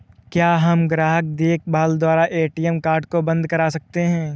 क्या हम ग्राहक देखभाल द्वारा ए.टी.एम कार्ड को बंद करा सकते हैं?